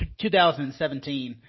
2017